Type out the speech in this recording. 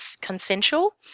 consensual